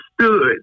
stood